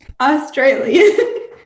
Australian